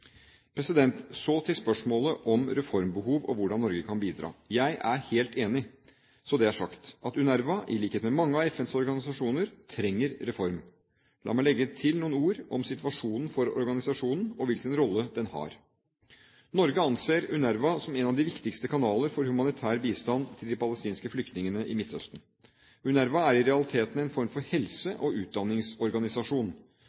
til. Så til spørsmålet om reformbehov, og hvordan Norge kan bidra. Jeg er helt enig i – så det er sagt – at UNRWA, i likhet med mange av FNs særorganisasjoner, trenger reform. La meg legge til noen ord om situasjonen for organisasjonen og hvilken rolle den har. Norge anser UNRWA som en av de viktigste kanaler for humanitær bistand til de palestinske flyktningene i Midtøsten. UNRWA er i realiteten en form for